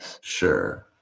Sure